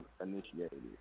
initiated